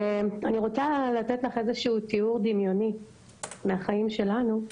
אני רוצה לתת תיאור דמיוני מהחיים שלנו,